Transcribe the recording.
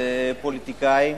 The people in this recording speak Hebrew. הפוליטיקאים,